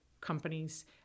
companies